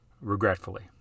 Regretfully